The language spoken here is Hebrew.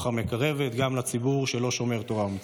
המקרבת גם לציבור שלא שומר תורה ומצוות.